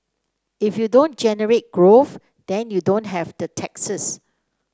if you don't generate growth then you don't have the taxes